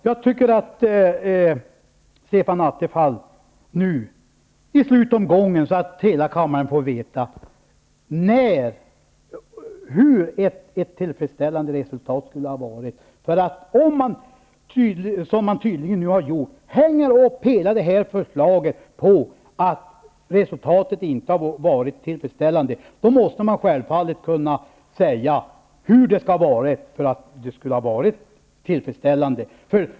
Jag tycker att Stefan Attefall i slutomgången, så att hela kammaren får veta, skall svara på hur ett tillfredsställande resultat skulle ha sett ut. Nu har man tydligen hängt upp hela förslaget på att resultatet inte har varit tillfredsställande. Då måste man självfallet kunna säga hur det skulle ha varit för att vara tillfredsställande.